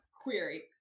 query